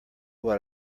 what